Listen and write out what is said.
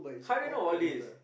how do you know all these